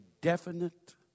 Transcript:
definite